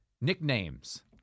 Nicknames